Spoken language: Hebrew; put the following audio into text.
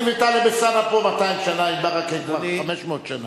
אני וטלב אלסאנע פה 200 שנה, וברכה, זה 500 שנה.